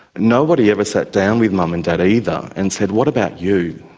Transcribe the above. nobody ever sat down with mum and dad, either, and said what about you,